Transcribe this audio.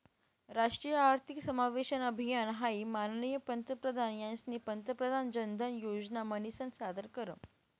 राष्ट्रीय आर्थिक समावेशन अभियान हाई माननीय पंतप्रधान यास्नी प्रधानमंत्री जनधन योजना म्हनीसन सादर कर